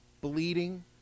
bleeding